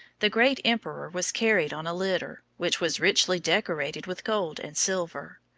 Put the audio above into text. the great emperor was carried on a litter, which was richly decorated with gold and silver.